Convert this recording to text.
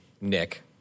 Nick